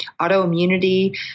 autoimmunity